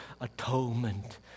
atonement